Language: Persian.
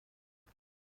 باشد